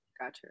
Gotcha